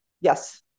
Yes